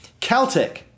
Caltech